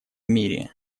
мире